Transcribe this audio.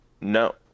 No